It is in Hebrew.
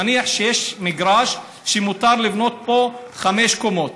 נניח שיש מגרש שמותר לבנות בו חמש קומות,